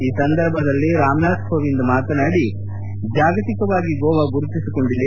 ಈ ಸಂದರ್ಭದಲ್ಲಿ ರಾಮನಾಥ್ ಕೋವಿಂದ್ ಮಾತನಾದಿ ಜಾಗತಿಕವಾಗಿ ಗೋವಾ ಗುರುತಿಸಿಕೊಂಡಿದೆ